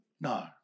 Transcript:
No